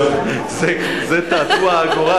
זה תעתוע הגורל,